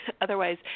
Otherwise